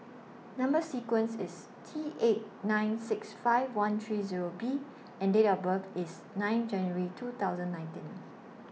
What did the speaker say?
Number sequence IS T eight nine six five one three Zero B and Date of birth IS nine January two thousand and nineteen